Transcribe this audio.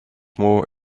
more